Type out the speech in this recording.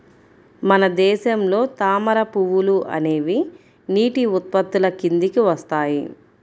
మన దేశంలో తామర పువ్వులు అనేవి నీటి ఉత్పత్తుల కిందికి వస్తాయి